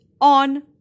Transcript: on